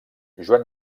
joan